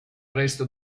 resto